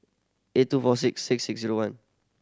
eight two four six six six zero one